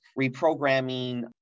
reprogramming